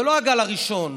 זה לא הגל הראשון,